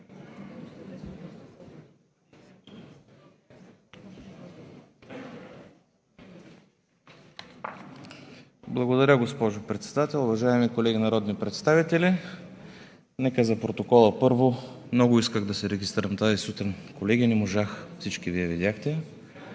Благодаря, госпожо Председател. Уважаеми колеги народни представители! Нека първо за протокола: много исках да се регистрирам тази сутрин, колеги. Не можах. Всички видяхте.